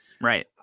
right